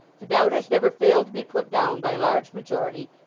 the doubters never failed to be put down by a large majority,